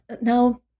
Now